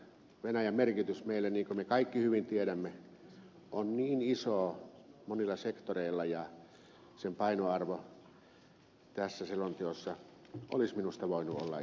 venäjän merkitys meille niin kuin me kaikki hyvin tiedämme on niin iso monilla sektoreilla ja sen painoarvo tässä selonteossa olisi minusta voinut olla isompi